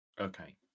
Okay